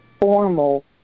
formal